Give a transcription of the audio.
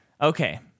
Okay